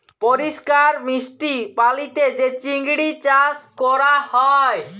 পরিষ্কার মিষ্টি পালিতে যে চিংড়ি চাস ক্যরা হ্যয়